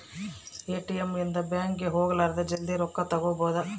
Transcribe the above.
ATM ಇಂದ bank ಗೆ ಹೋಗಲಾರದ ಜಲ್ದೀ ರೊಕ್ಕ ತೆಕ್ಕೊಬೋದು